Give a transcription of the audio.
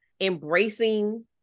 embracing